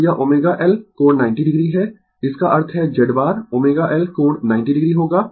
तो यह ω L कोण 90 o है इसका अर्थ है Z बार ω L कोण 90 o होगा